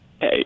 Hey